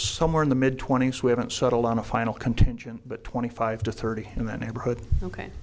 somewhere in the mid twenties we haven't settled on a final contention but twenty five to thirty in that neighborhood ok